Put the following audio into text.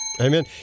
Amen